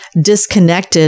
disconnected